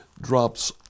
drops